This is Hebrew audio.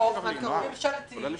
ננעלה